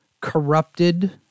corrupted